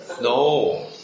No